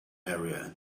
area